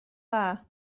dda